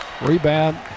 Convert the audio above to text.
rebound